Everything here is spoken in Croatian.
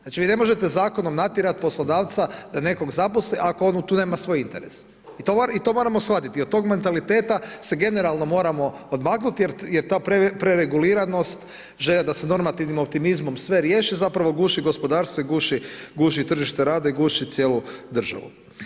Znači vi ne možete zakonom natjerati poslodavca da nekog zaposli ako on tu nema svoj interes i to moramo shvatiti i od toga mentaliteta se generalno moramo odmaknuti jer ta prereguliranost, želja da se normativnim optimizmom sve riješi zapravo guši gospodarstvo i guši tržište rada i guši cijelu državu.